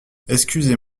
excusez